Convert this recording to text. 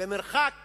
במרחק